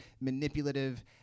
manipulative